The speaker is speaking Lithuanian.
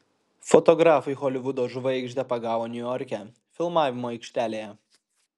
fotografai holivudo žvaigždę pagavo niujorke filmavimo aikštelėje